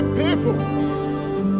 people